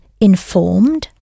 informed